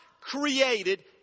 created